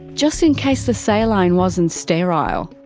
just in case the saline wasn't sterile.